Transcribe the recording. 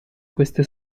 queste